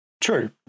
true